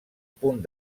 punt